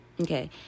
Okay